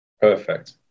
perfect